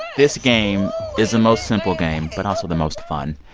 this game is the most simple game but also the most fun.